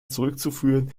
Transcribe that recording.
zurückzuführen